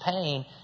pain